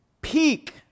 peak